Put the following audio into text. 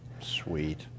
sweet